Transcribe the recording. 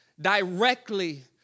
directly